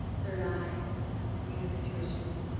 third eye, that point of intuition.